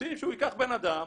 רוצים שהוא ייקח בן אדם,